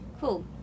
Cool